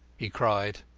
he cried.